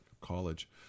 college